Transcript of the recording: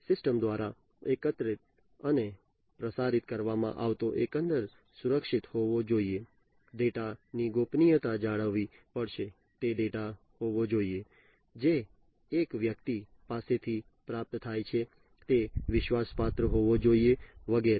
system દ્વારા એકત્રિત અને પ્રસારિત કરવામાં આવતો એકંદર સુરક્ષિત હોવો જોઈએ ડેટા ની ગોપનીયતા જાળવવી પડશે તે ડેટા હોવો જોઈએ જે એક વ્યક્તિ પાસેથી પ્રાપ્ત થાય છે તે વિશ્વાસપાત્ર હોવો જોઈએ વગેરે